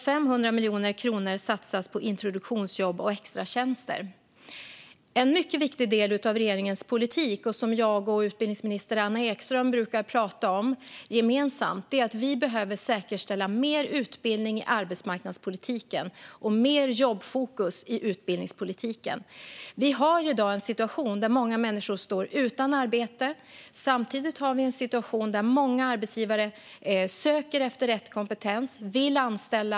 500 miljoner kronor satsas på introduktionsjobb och extratjänster. En mycket viktig del av regeringens politik, som jag och utbildningsminister Anna Ekström tillsammans brukar prata om, är att vi behöver säkerställa mer utbildning i arbetsmarknadspolitiken och ha ett större jobbfokus i utbildningspolitiken. I dag står många människor utan arbete. Samtidigt söker många arbetsgivare efter rätt kompetens och vill anställa.